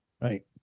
Right